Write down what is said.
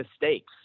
mistakes